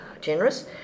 generous